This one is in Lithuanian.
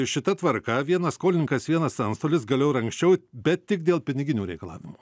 šita tvarka vienas skolininkas vienas antstolis galiojo ir anksčiau bet tik dėl piniginių reikalavimų